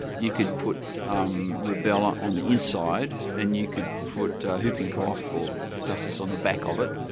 you could put um rubella on the inside, and you could put whooping cough or pertussis on the back of it.